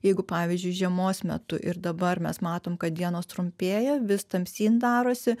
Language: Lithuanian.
jeigu pavyzdžiui žiemos metu ir dabar mes matom kad dienos trumpėja vis tamsyn darosi